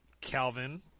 Calvin